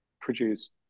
produce